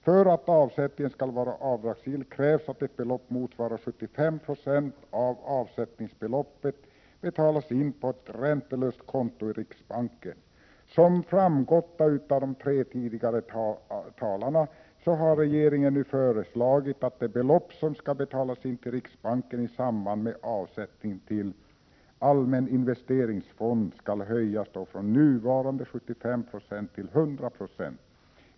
För att avsättningen skall vara avdragsgill krävs att ett belopp motsvarande 75 96 av avsättningsbeloppet betalas in på ett räntelöst konto i riksbanken. Som framgått av de tre tidigare anförandena har regeringen nu föreslagit att det belopp som skall betalas in till riksbanken i samband med avsättning till allmän investeringsfond skall höjas från nuvarande 75 9o till 100 96.